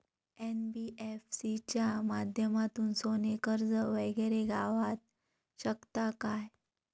NBFC च्या माध्यमातून सोने कर्ज वगैरे गावात शकता काय?